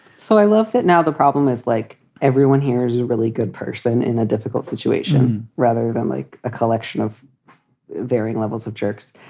so i love it now the problem is like everyone here is is a really good person in a difficult situation rather than like a collection of varying levels of jerks.